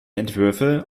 entwürfe